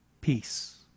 Peace